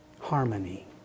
Harmony